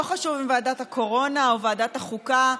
לא חשוב אם ועדת הקורונה או ועדת החוקה,